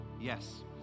Yes